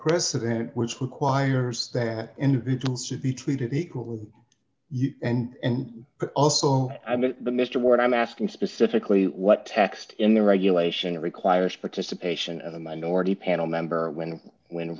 precedent which requires that individuals should be treated equally and also i mean mr ward i'm asking specifically what text in the regulation it requires participation of a minority panel member when when